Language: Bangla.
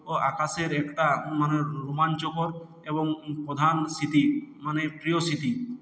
আকাশের একটা মানে রোমাঞ্চকর এবং প্রধান স্মৃতি মানে প্রিয় স্মৃতি